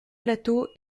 plateaux